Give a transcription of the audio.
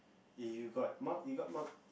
if you got mark you got mark